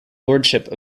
lordship